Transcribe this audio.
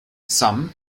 some